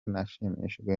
nashimishijwe